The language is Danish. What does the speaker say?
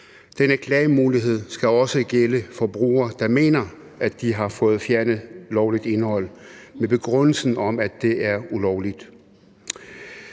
Denne klagemulighed skal også gælde forbrugere, der mener, at de har fået fjernet lovligt indhold, og der skal følge en begrundelse med for, at det var ulovligt.